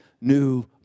new